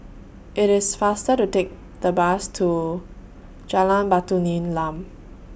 IT IS faster to Take The Bus to Jalan Batu Nilam